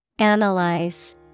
Analyze